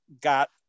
got